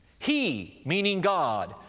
he, meaning god,